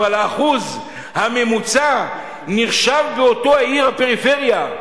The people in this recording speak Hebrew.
אבל האחוז הממוצע נחשב באותה העיר בפריפריה.